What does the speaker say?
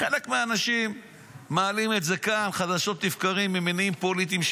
חלק מהאנשים מעלים את זה כאן חדשות לבקרים ממניעים פוליטיים,